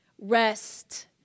rest